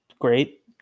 Great